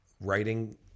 writing